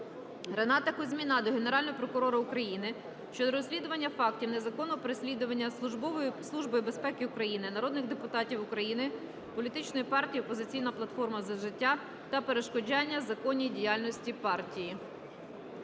Рената Кузьміна до Генерального прокурора України щодо розслідування фактів незаконного переслідування Службою безпеки України народних депутатів України політичної партії "Опозиційна платформа - За життя" та перешкоджання законній діяльності партії.